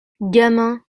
gamin